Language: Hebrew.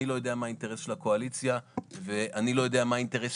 אני לא יודע מה האינטרס של הקואליציה ולא יודע מה האינטרס